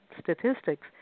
statistics